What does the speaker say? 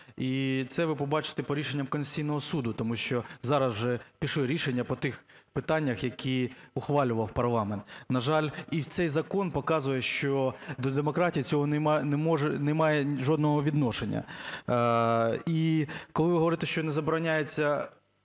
І це ви побачите по рішенням Конституційного Суду. Тому що зараз вже пішло рішення по тих питаннях, які ухвалював парламент. На жаль, і цей закон показує, що до демократії це не має жодного відношення. І коли ви говорите, що не забороняється